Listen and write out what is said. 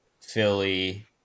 Philly